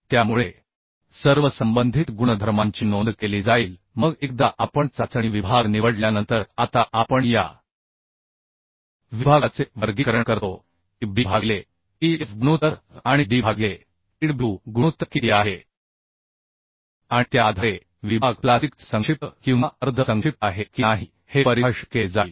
त्यामुळे सर्व संबंधित गुणधर्मांची नोंद केली जाईल मग एकदा आपण चाचणी विभाग निवडल्यानंतर आता आपण या विभागाचे वर्गीकरण करतो की b भागिले tf गुणोत्तर आणि d भागिले tw गुणोत्तर किती आहे आणि त्या आधारे विभाग प्लास्टिकचा संक्षिप्त किंवा अर्ध संक्षिप्त आहे की नाही हे परिभाषित केले जाईल